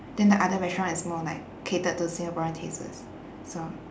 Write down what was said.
then the other restaurant is more like catered to singaporean tastes so